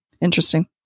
Interesting